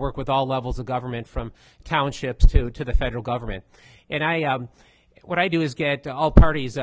work with all levels of government from townships to to the federal government and i what i do is get all parties